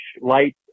light